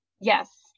Yes